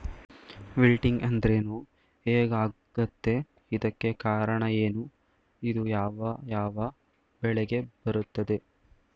Wilting ಅಂದ್ರೇನು? ಹೆಗ್ ಆಗತ್ತೆ? ಇದಕ್ಕೆ ಕಾರಣ ಏನು? ಇದು ಯಾವ್ ಯಾವ್ ಬೆಳೆಗೆ ಬರುತ್ತೆ?